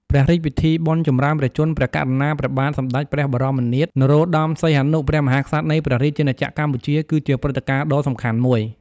ព្រះរាជពិធីបុណ្យចម្រើនព្រះជន្ម ព្រះករុណា ព្រះបាទសម្តេចព្រះបរមនាថ នរោត្តម សីហមុនី ព្រះមហាក្សត្រ នៃព្រះរាជាណាចក្រកម្ពុជា គឺជាព្រឹត្តិការណ៍ដ៏សំខាន់មួយ។